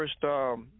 first –